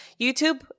YouTube